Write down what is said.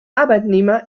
arbeitnehmer